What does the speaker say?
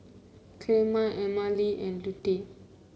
Clemma Emmalee and Lute